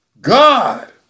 God